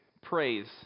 praise